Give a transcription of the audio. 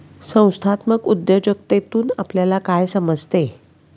संस्थात्मक उद्योजकतेतून आपल्याला काय समजते?